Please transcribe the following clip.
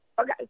Okay